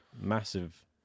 Massive